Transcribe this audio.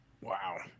Wow